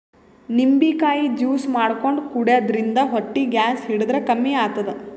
ನಿಂಬಿಕಾಯಿ ಜ್ಯೂಸ್ ಮಾಡ್ಕೊಂಡ್ ಕುಡ್ಯದ್ರಿನ್ದ ಹೊಟ್ಟಿ ಗ್ಯಾಸ್ ಹಿಡದ್ರ್ ಕಮ್ಮಿ ಆತದ್